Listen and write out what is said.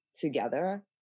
together